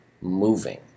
moving